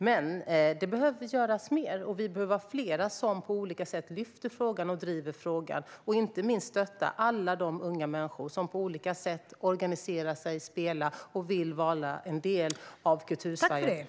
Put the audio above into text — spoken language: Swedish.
Men det behöver göras mer, och vi behöver vara fler som på olika vis lyfter upp och driver frågan och som inte minst stöttar alla de unga människor som på olika sätt organiserar sig, spelar och vill vara en del av Kultursverige.